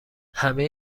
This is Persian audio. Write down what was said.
همه